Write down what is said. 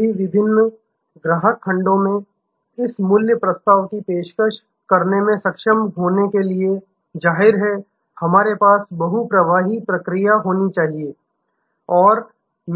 सभी विभिन्न ग्राहक खंडों में इस मूल्य प्रस्ताव की पेशकश करने में सक्षम होने के लिए जाहिर है हमारे पास एक बहु प्रवाही प्रक्रिया होनी चाहिए और